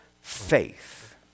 faith